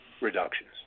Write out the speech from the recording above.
reductions